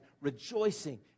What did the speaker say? rejoicing